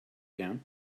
down